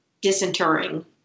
disinterring